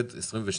בוקר טוב לכולם.